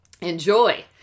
Enjoy